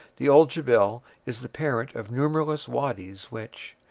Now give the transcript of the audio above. the old jebel is the parent of numberless wadies which,